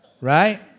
Right